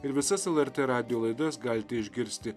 ir visas lrt radijo laidas galite išgirsti